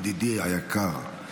ידידי היקר,